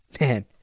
Man